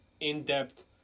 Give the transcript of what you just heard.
in-depth